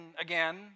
again